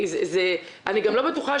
אני גם לא בטוחה